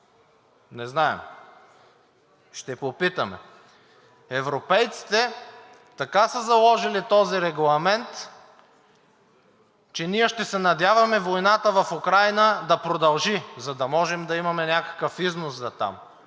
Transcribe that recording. Не знаем, ще попитаме. Европейците така са заложили този регламент, че ние ще се надяваме войната в Украйна да продължи, за да може да имаме някакъв износ за там.